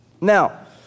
Now